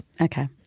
Okay